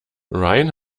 rayen